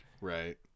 Right